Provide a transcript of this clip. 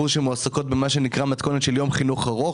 שמועסקות במה שנקרא מתכונת של יום חינוך ארוך,